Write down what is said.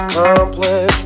complex